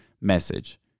message